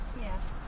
Yes